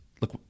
look